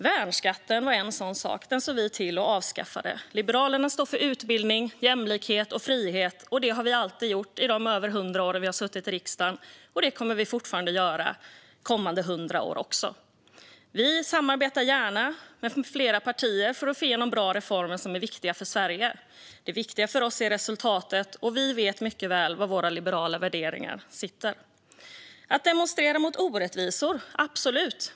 Värnskatten var också en sådan sak. Den såg vi till att avskaffa. Liberalerna står för utbildning, jämlikhet och frihet. Det har vi alltid gjort under de över hundra åren vi har suttit i riksdagen. Det kommer vi att fortsätta göra kommande hundra år också. Vi samarbetar gärna med flera partier för att få igenom bra reformer som är viktiga för Sverige. Det viktiga för oss är resultatet. Och vi vet mycket väl var vi har våra liberala värderingar. Man kan absolut demonstrera mot orättvisor.